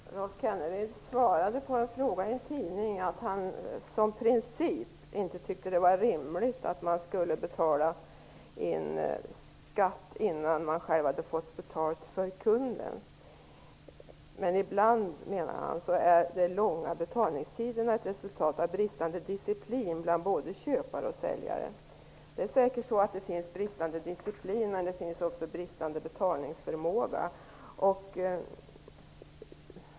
Herr talman! Rolf Kenneryd sade som svar på en fråga i en tidning att han som princip inte tyckte att det är rimligt att man skall betala in skatt innan man själv har fått betalt från kunden, men han menade att de långa betalningstiderna ibland är ett resultat av bristande disciplin bland både köpare och säljare. Jag är säker på att det finns bristande disciplin men också bristande betalningsförmåga.